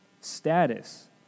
status